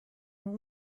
will